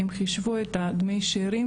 הם חישבו את הדמי שארים,